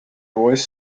voice